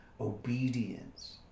obedience